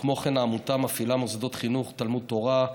כמו כן, העמותה מפעילה מוסדות חינוך, תלמוד תורה,